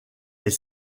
est